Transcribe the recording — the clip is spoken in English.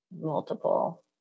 multiple